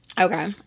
Okay